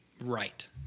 right